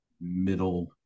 middle